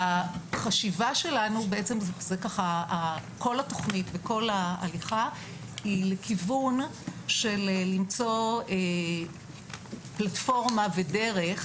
כל התוכנית וכל ההליכה היא לכיוון של למצוא פלטפורמה ודרך